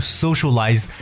socialize